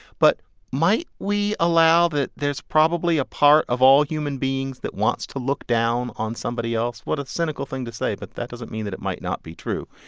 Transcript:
but might we allow that there's probably a part of all human beings that wants to look down on somebody else. what a cynical thing to say, but that doesn't mean that it might not be true.